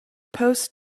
post